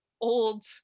old